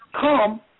come